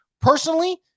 Personally